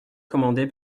commandée